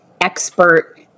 expert